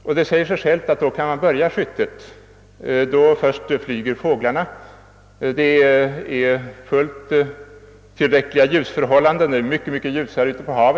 Då först flyger fåglarna och man kan börja jakten. Ljuset är då fullt tillräckligt — ute på havet blir det mycket ljusare än inne på land.